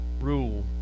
rule